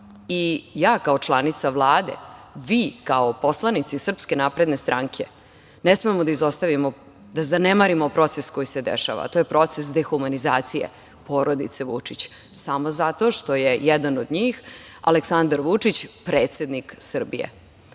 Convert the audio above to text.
i ja kao članica Vlade, vi kao poslanici SNS, ne smemo da izostavimo, da zanemarimo proces koji se dešava, a to je proces dehumanizacije porodice Vučić samo zato što je jedna od njih Aleksandar Vučić predsednik Srbije.